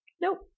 nope